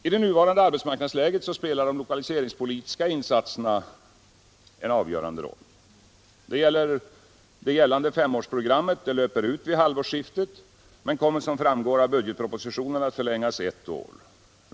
I nuvarande arbetsmarknadsläge spelar de lokaliseringspolitiska insatserna en avgörande roll. Det gällande femårsprogrammet löper ut vid halvårsskiftet men kommer som framgår av budgetpropositionen att förlängas ett år.